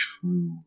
true